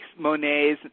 Monets